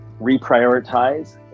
reprioritize